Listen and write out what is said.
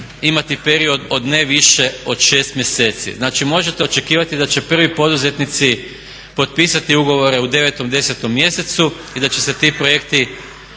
imati period od ne više od 6 mjeseci. Znači možete očekivati da će prvi poduzetnici potpisati ugovore u 9., 10. mjesecu i da će se ti projekti